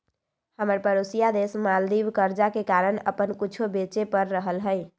हमर परोसिया देश मालदीव कर्जा के कारण अप्पन कुछो बेचे पड़ रहल हइ